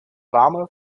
warme